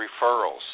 referrals